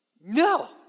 No